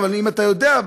אבל אם אתה יודע,